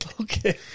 Okay